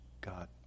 God